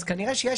אז כנראה שיש